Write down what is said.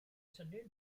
synnu